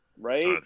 right